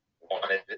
wanted